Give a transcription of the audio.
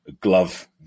glove